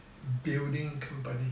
building company